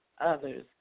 others